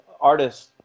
artists